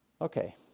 Okay